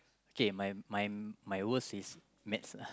okay my my my worst is maths lah